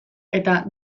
eta